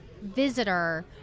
visitor